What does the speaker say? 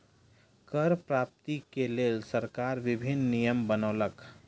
कर प्राप्ति के लेल सरकार विभिन्न नियम बनौलक